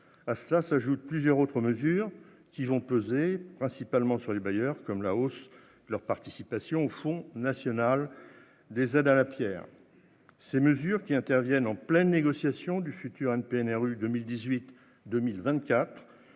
À cela s'ajoutent plusieurs autres mesures qui vont peser principalement sur les bailleurs comme la hausse de leur participation au Fonds national des aides à la pierre. Ces mesures, qui interviennent en pleine négociation du futur NPNRU 2018-2024,